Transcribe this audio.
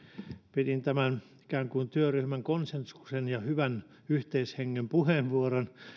pidin ikään kuin työryhmän konsensuksen ja hyvän yhteishengen puheenvuoron